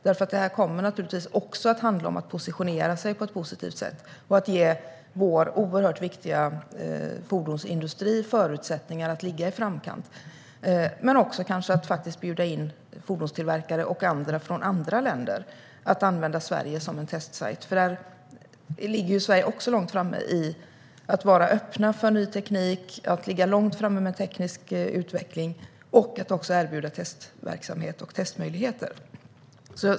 Detta kommer naturligtvis också att handla om att på ett positivt sätt positionera sig. Vi måste ge vår oerhört viktiga fordonsindustri förutsättningar att ligga i framkant. Det handlar dessutom om att bjuda in fordonstillverkare och andra från andra länder som kan använda Sverige som testsajt. För Sverige ligger även långt framme när det gäller att vara öppen för ny teknik, och vi ligger långt framme med teknisk utveckling och kan erbjuda testverksamhet och testmöjligheter.